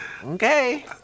okay